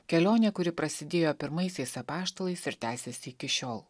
kelionė kuri prasidėjo pirmaisiais apaštalais ir tęsiasi iki šiol